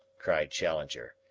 cried challenger.